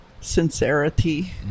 sincerity